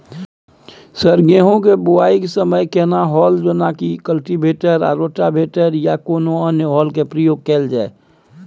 Sir गेहूं के बुआई के समय केना हल जेनाकी कल्टिवेटर आ रोटावेटर या कोनो अन्य हल के प्रयोग कैल जाए?